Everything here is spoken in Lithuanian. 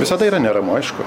visada yra neramu aišku